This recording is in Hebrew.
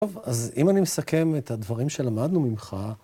טוב, אז אם אני מסכם את הדברים שלמדנו ממך...